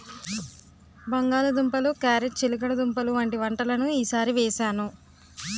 బంగాళ దుంపలు, క్యారేట్ చిలకడదుంపలు వంటి పంటలను ఈ సారి వేసాను